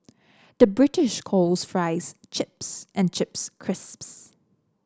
the British calls fries chips and chips crisps